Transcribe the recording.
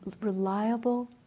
reliable